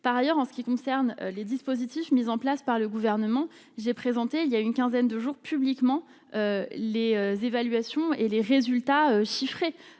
par ailleurs, en ce qui concerne les dispositifs mis en place par le gouvernement, j'ai présenté il y a une quinzaine de jours publiquement les évaluations et les résultats chiffrés,